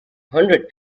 hundred